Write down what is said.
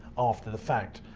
after the fact.